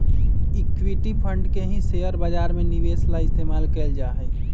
equity fund के ही share बाजार में निवेश ला इस्तेमाल कइल जाहई